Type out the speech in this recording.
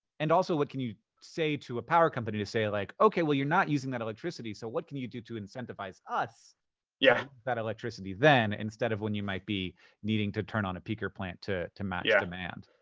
and also what can you say to a power company to say, like, okay, well you're not using that electricity, so what can you do to incentivize us to use yeah that electricity then instead of when you might be needing to turn on a peaker plant to to match demand?